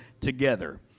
together